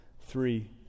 three